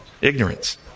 Ignorance